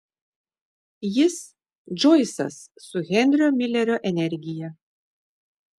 jis džoisas su henrio milerio energija